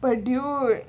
so dude